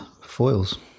Foils